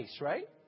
right